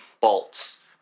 bolts